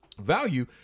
value